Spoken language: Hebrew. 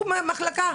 מחלקה.